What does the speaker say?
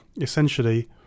essentially